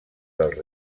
dels